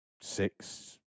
six